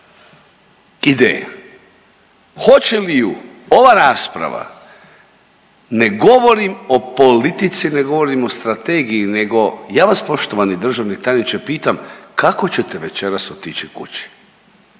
ideja hoće li ju ova rasprava ne govorim o političkim, ne govorim o strategiji nego ja vas poštovani državni tajniče pitam kako ćete večeras otići kući,